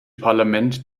parlament